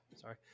sorry